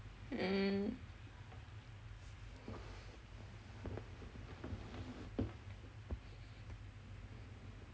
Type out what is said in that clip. hmm